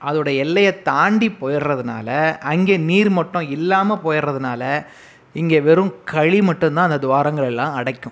அதோடய எல்லையை தாண்டி போய்டுறதனால அங்கே நீர் மட்டம் இல்லாமல் போய்டுறதனால இங்கே வெறும் கழிவு மட்டுந்தான் அந்த துவாரங்கலலாம் அடைக்கும்